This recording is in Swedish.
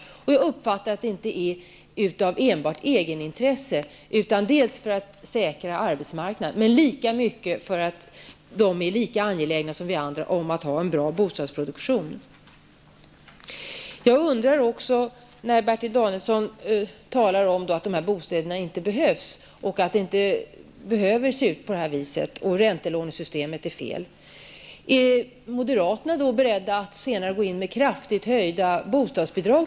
Som jag uppfattar det har man gjort det inte enbart av egenintresse, utan för att säkra arbetsmarknaden och för att de är lika angelägna som vi andra om att ha en bra bostadsproduktion. Bertil Danielsson talar om att de här bostäderna inte behövs, att det inte behöver se ut på det här viset och att räntelånesystemet är fel. Är moderaterna beredda att senare gå in med t.ex. kraftigt höjda bostadsbidrag?